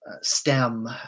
STEM